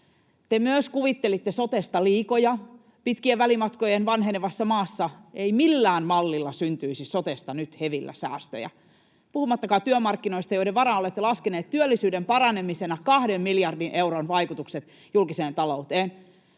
Te myös kuvittelitte sotesta liikoja. Pitkien välimatkojen vanhenevassa maassa ei millään mallilla syntyisi sotesta nyt hevillä säästöjä — puhumattakaan työmarkkinoista, joiden varaan olette laskeneet työllisyyden paranemisena kahden miljardin euron vaikutukset julkiseen talouteen.